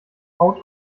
haut